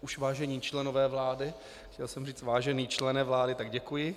Už vážení členové vlády, chtěl jsem říct vážený člene vlády, tak děkuji.